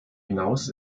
hinaus